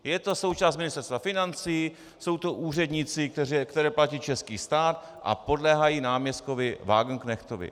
Je to součást Ministerstva financí, jsou to úředníci, které platí český stát a podléhají náměstkovi Wagenknechtovi.